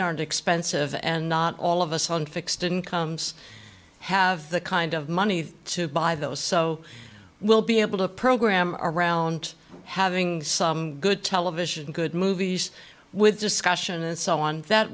darned expensive and not all of us on fixed incomes have the kind of money to buy those so we'll be able to program around having some good television good movies with discussion and so on that